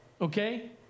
okay